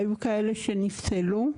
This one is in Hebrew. היו כאלה שנפסלו,